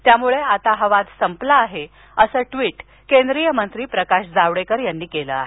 त्यामुळे हा वाद आता संपला आहे असं ट्वीट केंद्रीय मंत्री प्रकाश जावडेकर यांनी केलं आहे